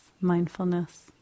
mindfulness